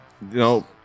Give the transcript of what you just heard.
No